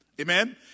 Amen